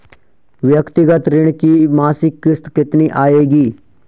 व्यक्तिगत ऋण की मासिक किश्त कितनी आएगी?